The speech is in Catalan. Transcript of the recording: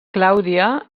clàudia